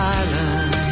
island